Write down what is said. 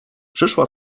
przyszła